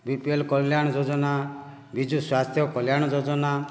BPL କଲ୍ୟାଣ ଯୋଜନା ବିଜୁ ସ୍ୱାସ୍ଥ୍ୟ କଲ୍ୟାଣ ଯୋଜନା